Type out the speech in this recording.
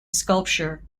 sculpture